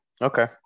Okay